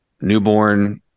newborn